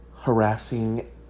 harassing